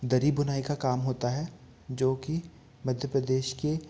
दरी बुनाई का काम होता है जो कि मध्य प्रदेश की